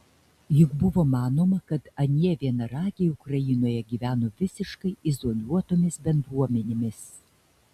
juk buvo manoma kad anie vienaragiai ukrainoje gyveno visiškai izoliuotomis bendruomenėmis